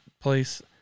place